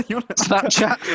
Snapchat